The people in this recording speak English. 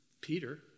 Peter